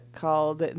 called